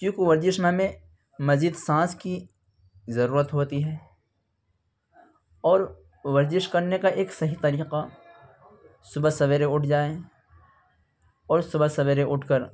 کیونکہ ورزش میں ہمیں مزید سانس کی ضرورت ہوتی ہے اور ورزش کرنے کا ایک صحیح طریقہ صبح سویرے اٹھ جائیں اور صبح سویرے اٹھ کر